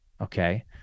Okay